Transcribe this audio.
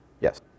Yes